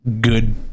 good